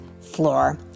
floor